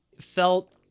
felt